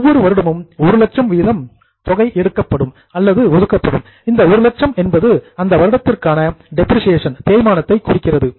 ஒவ்வொரு வருடமும் 1 லட்சம் வீதம் தொகை எடுக்கப்படும் அல்லது ஒதுக்கப்படும் இந்த ஒரு லட்சம் என்பது அந்த வருடத்திற்கான டெப்ரிசியேசன் தேய்மானத்தை குறிக்கிறது